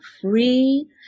free